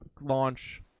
launch